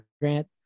grant